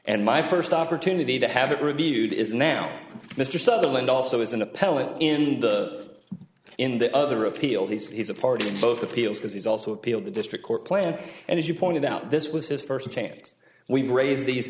and my first opportunity to have it reviewed is now mr sutherland also is an appellant in the in the other appeal he's a part in both appeals because he's also appealed the district court plan and as you pointed out this was his first chance we've raised these